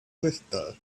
crystal